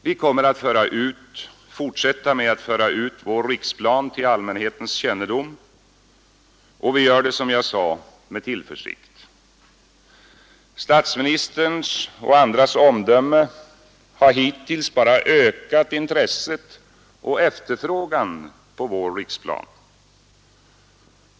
Vi kommer att fortsätta med att föra ut vår riksplan till allmänhetens kännedom, och vi gör det, som jag sade, med tillförsikt. Statsministerns och andras omdöme har hittills bara ökat intresset för och efterfrågan på vår riksplan.